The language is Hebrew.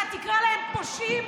אתה תקרא להם פושעים.